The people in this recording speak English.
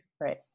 right